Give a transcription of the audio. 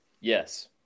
Yes